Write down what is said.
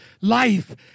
Life